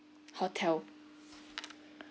hotel